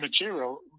material